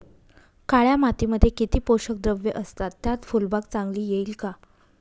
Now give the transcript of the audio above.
काळ्या मातीमध्ये किती पोषक द्रव्ये असतात, त्यात फुलबाग चांगली येईल का?